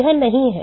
यह नहीं है